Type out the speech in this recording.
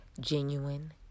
genuine